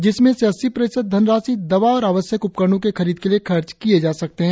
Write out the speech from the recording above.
जिसमें से अस्सी प्रतिशत धनराशि दवा और आवश्यक उपकरणों के खरीद के लिए खर्च किए जा सकते है